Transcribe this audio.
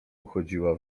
uchodziła